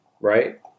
Right